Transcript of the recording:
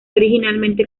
originalmente